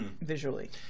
visually